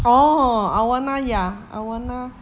orh awana ya awana